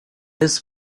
this